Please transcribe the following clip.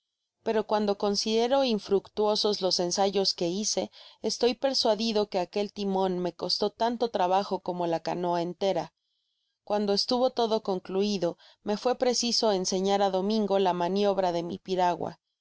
pero cuando considero infrnctuosos los ensayos que hice estoy persuadido que aquel timon me costó tanto trabajo como la canoa entera cuando estuvo todo concluido me fué preciso enseñar á domingo la maniobra de mi piragua